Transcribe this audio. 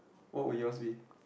what would yours be